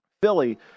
Philly